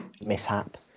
mishap